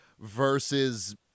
versus